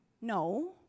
No